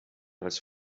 als